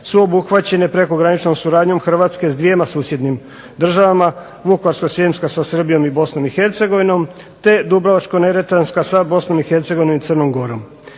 su obuhvaćene prekograničnom suradnjom Hrvatske s dvjema susjednim državama, Vukovarsko-srijemska sa Srbijom i Bosnom i Hercegovinom, te Dubrovačko-neretvanska sa Bosnom i Hercegovinom i Crnom gorom.